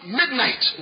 midnight